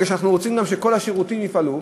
כי אנחנו רוצים שכל השירותים יפעלו,